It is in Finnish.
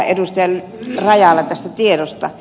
rajala tästä tiedosta